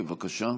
בבקשה.